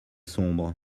sombre